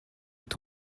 est